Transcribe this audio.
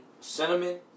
cinnamon